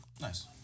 Nice